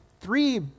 three